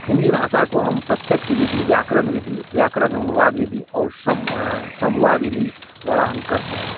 हिन्दी भाषा को हम पत्यक्ष विधी व्याकरण विधी व्याकरण अनुवाद विधी और सम सम्वाद विधी द्वारा हम करते हैं